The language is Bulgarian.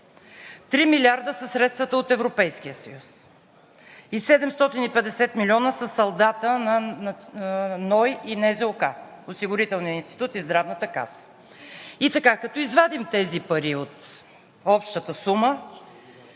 милиарда са средствата от Европейския съюз и 750 милиона са салдата на НОИ и НЗОК – Осигурителния институт и Здравната каса. И така, като извадим тези пари от общата сума…